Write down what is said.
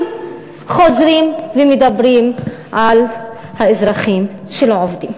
חוזרים ומדברים על האזרחים שלא עובדים.